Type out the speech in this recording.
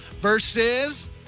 versus